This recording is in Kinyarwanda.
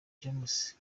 james